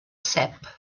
cep